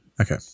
Okay